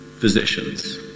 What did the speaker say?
Physicians